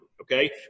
okay